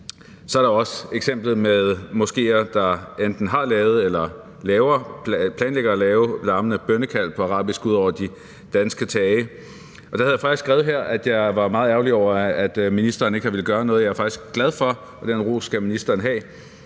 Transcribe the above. Så er der også eksemplet med moskéer, der enten har lavet eller planlægger at lave larmende bønnekald på arabisk ud over de danske tage. Der havde jeg faktisk skrevet her, at jeg var meget ærgerlig over, at ministeren ikke har villet gøre noget. Jeg er faktisk glad for – og den ros skal ministeren have